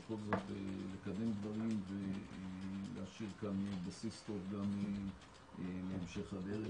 בכל זאת לקדם דברים ולהשאיר כאן בסיס טוב גם להמשך הדרך.